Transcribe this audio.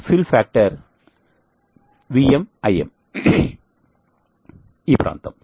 పూరక కారకం Vm Imఈ ప్రాంతం